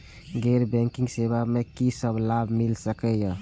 गैर बैंकिंग सेवा मैं कि सब लाभ मिल सकै ये?